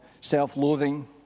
self-loathing